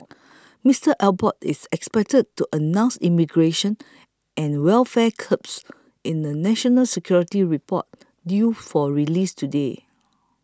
Mister Abbott is expected to announce immigration and welfare curbs in a national security report due for release today